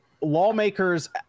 lawmakers